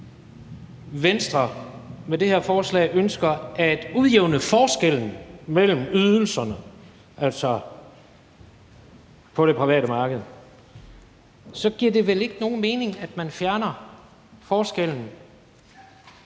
Venstre med det her forslag ønsker at udjævne forskellene mellem ydelserne på det private marked, giver det vel ikke nogen mening, at man fjerner forskellen